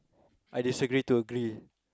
I disagree to agree